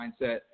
mindset